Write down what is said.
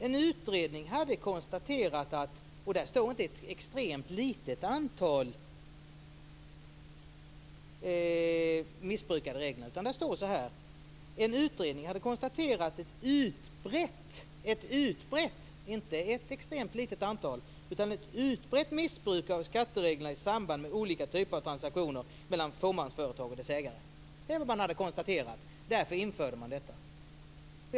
Där står det inte att ett extremt litet antal missbrukade reglerna, utan där står följande: "En utredning hade konstaterat ett utbrett missbruk av skattereglerna i samband med olika typer av transaktioner mellan fåmansföretag och deras ägare." Detta är vad utredningen har konstaterat, och därför infördes stoppreglerna.